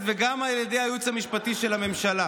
וגם על ידי הייעוץ המשפטי של הממשלה.